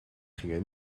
gingen